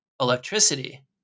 electricity